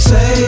Say